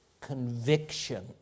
conviction